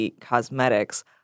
Cosmetics